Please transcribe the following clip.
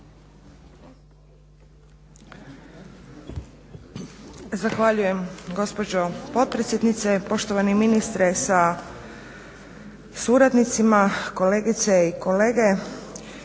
Zahvaljujem gospođo potpredsjednice. Poštovani ministre sa suradnicima, kolegice i kolege.